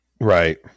right